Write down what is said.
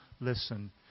Listen